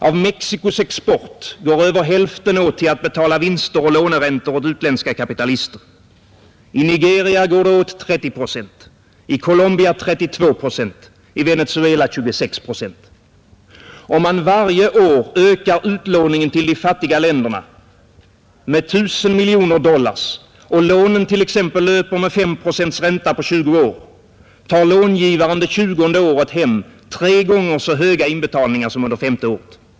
Av Mexicos export går över hälften åt till att betala vinster och låneräntor åt utländska kapitalister. I Nigeria går det åt 30 procent, i Colombia 32 procent, i Venezuela 26 procent. Om man varje år ökar utlåningen till de fattiga länderna med 1 000 miljoner dollar och lånen t.ex. löper med 5 procents ränta på tjugo år, tar långivaren det tjugonde året hem tre gånger så höga inbetalningar som under femte året.